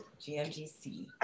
GMGC